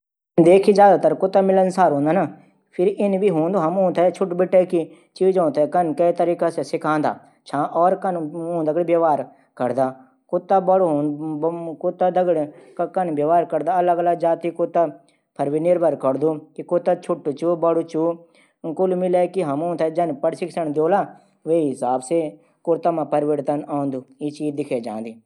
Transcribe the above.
कुत्तों की नस्लों में ज्यादातर कुता मिलनसार हूंदा। फिर इन भी दिखेंदू ज्यादूं कि हम उंथै चीजों थै कन कै तरीकै से सिंखादा छां वा उन दगड व्यवहार करदा फिर अलग अलग जाती कुता पर भी निर्भरू करदू की कुता छुट बडू च कुल मिलेकी हम उंथै जन सिखोला वे हिसाब ऊं मा परिवर्तन आंदू